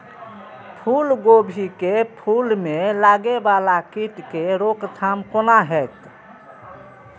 फुल गोभी के फुल में लागे वाला कीट के रोकथाम कौना हैत?